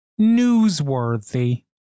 Newsworthy